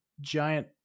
giant